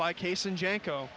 by case in janko